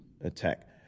attack